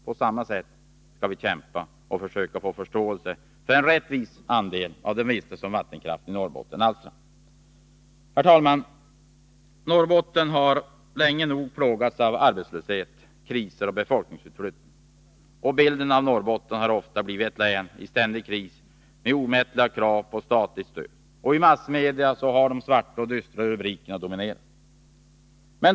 På samma sätt skall vi kämpa — och försöka få förståelse — för en rättvis andel av de vinster som vattenkraften i Norrbotten ger. Herr talman! Norrbotten har länge nog plågats av arbetslöshet, kriser och befolkningsutflyttning. Och bilden av Norrbotten har ofta blivit ett län i ständig kris, med omättliga krav på statligt stöd. I massmedia har de svarta och dystra rubrikerna dominerat.